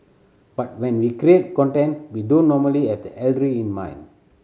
but when we create content we don't normally have the elderly in mind